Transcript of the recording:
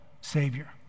Savior